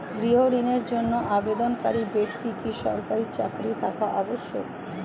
গৃহ ঋণের জন্য আবেদনকারী ব্যক্তি কি সরকারি চাকরি থাকা আবশ্যক?